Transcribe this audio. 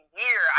year